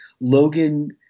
Logan